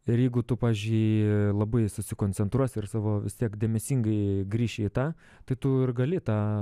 ir jeigu tu pavyzdžiui labai susikoncentruosi ir savo vis tiek dėmesingai grįši į tą tai tu ir gali tą